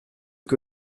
que